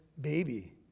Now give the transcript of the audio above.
baby